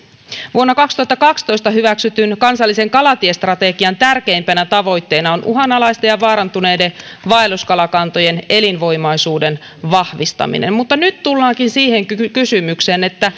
vuonna kaksituhattakaksitoista hyväksytyn kansallisen kalatiestrategian tärkeimpänä tavoitteena on uhanalaisten ja vaarantuneiden vaelluskalakantojen elinvoimaisuuden vahvistaminen mutta nyt tullaankin siihen kysymykseen